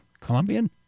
Colombian